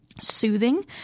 soothing